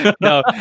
no